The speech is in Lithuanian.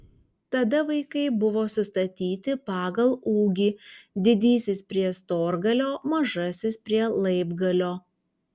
tada vaikai buvo sustatyti pagal ūgį didysis prie storgalio mažasis prie laibgalio